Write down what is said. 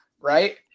right